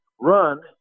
run